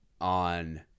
on